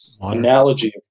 analogy